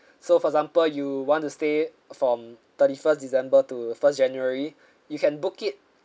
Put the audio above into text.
so for example you want to stay from thirty-first december to first january you can book it